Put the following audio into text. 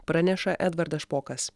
praneša edvardas špokas